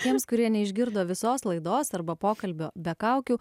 tiems kurie neišgirdo visos laidos arba pokalbio be kaukių